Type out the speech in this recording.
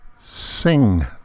sing